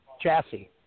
chassis